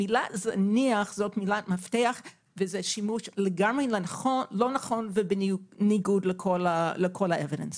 המילה זניח זאת מילת מפתח וזה שימוש לא נכון ובניגוד לכל הראיות.